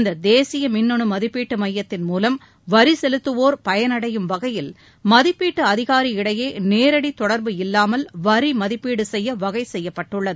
இந்த தேசிய மின்னு மதிப்பீட்டு மையத்தின் மூலம் வரி செலுத்துவோர் பயனடையும் வகையில் மதிப்பீட்டு அதிகாரி இடையே நேரடி தொடர்பு இல்லாமல் வரி மதிப்பீடு செய்ய வகை செய்யப்பட்டுள்ளது